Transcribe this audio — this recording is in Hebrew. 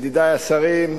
ידידי השרים,